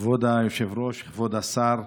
כבוד היושב-ראש, כבוד השר,